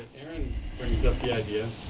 erin brings up the idea.